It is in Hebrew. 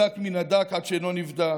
בדק מן הדק עד שאינו נבדק.